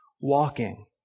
walking